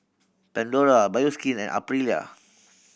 Pandora Bioskin and Aprilia